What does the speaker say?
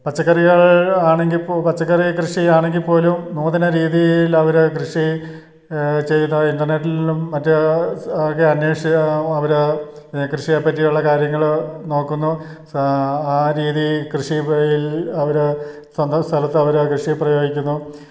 പച്ചക്കറികൾ ആണെങ്കിൽ ഇപ്പോൾ പച്ചക്കറി കൃഷിയാണെങ്കിൽപ്പോലും നൂതന രീതിയിലവർ കൃഷി ചെയ്തു ഇൻ്റർനെറ്റിലും മറ്റും ഒക്കെ അന്വേഷിച്ച് അവർ കൃഷിയേപ്പറ്റിയുള്ള കാര്യങ്ങൾ നോക്കുന്നു ആ രീതി കൃഷിയിൽ അവർ സ്വന്തം സ്ഥലത്ത് അവർ ആ കൃഷി പ്രയോഗിക്കുന്നു